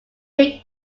big